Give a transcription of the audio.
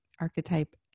archetype